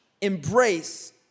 Embrace